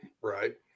right